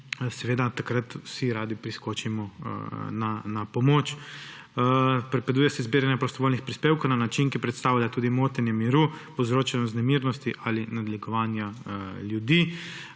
seveda takrat vsi radi priskočimo na pomoč. Prepoveduje se zbiranje prostovoljnih prispevkov na način, ki predstavlja tudi motenje miru, povzročanje vznemirjenosti ali nadlegovanja ljudi.